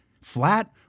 flat